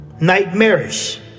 Nightmarish